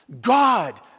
God